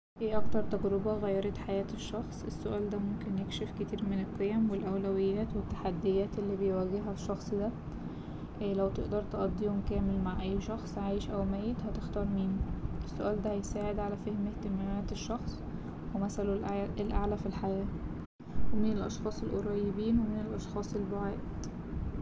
إيه أكتر تجربة غيرت حياة الشخص؟ السؤال ده ممكن يكشف كتير من القيم والأولويات والتحديات اللي بيواجهها الشخص ده، لو تقدر تقضي يوم كامل مع أي شخص عايش أو ميت هتختار مين؟ السؤال ده هيساعد على فهم اهتمامات الشخص ومثله الأعلى في الحياة ومين الأشخاص القريبين ومين الأشخاص البعاد.